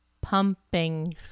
Pumping